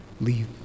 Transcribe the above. leave